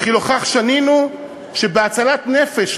וכי לא כך שנינו שבהצלת נפש,